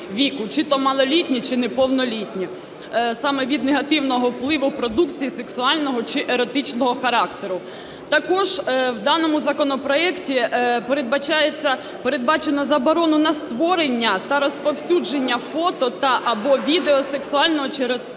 чи то малолітні, чи то неповнолітні, саме від негативного впливу продукції сексуального чи еротичного характеру. Також в даному законопроекті передбачено заборону на створення та розповсюдження фото та (або) відео сексуального чи еротичного образу